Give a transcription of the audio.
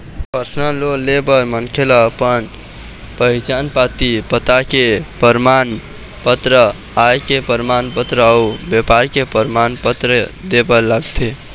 personal loan ले बर मनखे ल अपन पहिचान पाती, पता के परमान पत्र, आय के परमान पत्र अउ बेपार के परमान पत्र दे बर लागथे